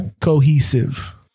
cohesive